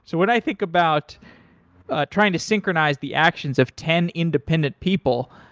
so when i think about trying to synchronize the actions of ten independent people,